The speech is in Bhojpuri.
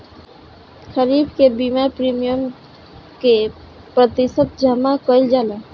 खरीफ के बीमा प्रमिएम क प्रतिशत जमा कयील जाला?